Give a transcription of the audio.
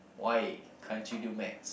why can't you do Maths